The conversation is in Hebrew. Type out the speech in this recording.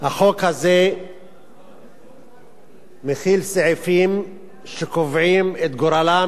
החוק הזה מכיל סעיפים שקובעים את גורלם של